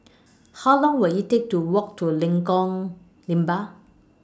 How Long Will IT Take to Walk to Lengkong Lima